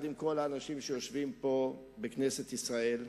עם כל האנשים שיושבים פה בכנסת ישראל.